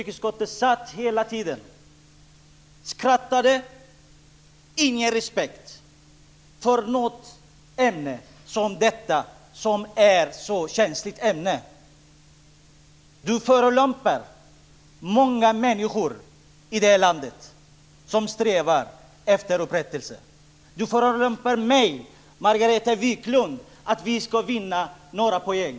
Han satt och skrattade hela tiden och visade ingen respekt för ett ämne som detta, som är så känsligt. Han förolämpar många människor här i landet som strävar efter upprättelse. Han förolämpar mig och Margareta Viklund och säger att vi vill vinna några poäng.